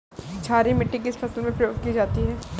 क्षारीय मिट्टी किस फसल में प्रयोग की जाती है?